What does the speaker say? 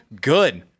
good